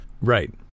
Right